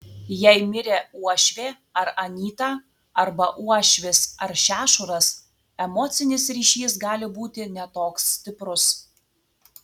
jei mirė uošvė ar anyta arba uošvis ar šešuras emocinis ryšys gali būti ne toks stiprus